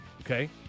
okay